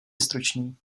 stručný